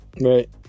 right